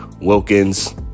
Wilkins